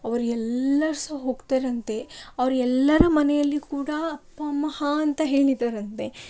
ಅವರು ಎಲ್ಲರು ಸಹ ಹೋಗ್ತಾರಂತೆ ಅವರೆಲ್ಲರ ಮನೆಯಲ್ಲಿ ಕೂಡ ಅಪ್ಪ ಅಮ್ಮ ಹಾಂ ಅಂತ ಹೇಳಿದಾರಂತೆ